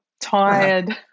tired